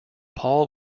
paul